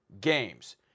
games